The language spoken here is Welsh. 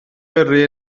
gyrru